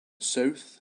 south